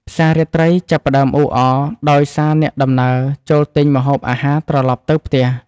ផ្សាររាត្រីចាប់ផ្ដើមអ៊ូអរដោយសារអ្នកដំណើរចូលទិញម្ហូបអាហារត្រឡប់ទៅផ្ទះ។